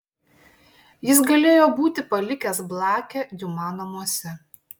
jis galėjo būti palikęs blakę diuma namuose